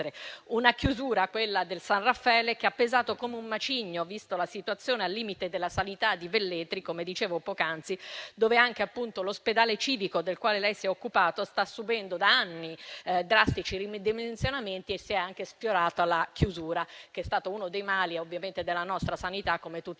una chiusura, quella del San Raffaele, che ha pesato come un macigno, vista la situazione al limite della sanità di Velletri - come dicevo poc'anzi - dove anche l'ospedale civico, del quale lei si è occupato, sta subendo da anni drastici ridimensionamenti e si è anche sfiorata la chiusura. La chiusura dei presidi territoriali - come tutti sappiamo